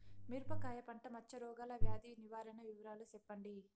మిరపకాయ పంట మచ్చ రోగాల వ్యాధి నివారణ వివరాలు చెప్పండి?